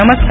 नमस्कार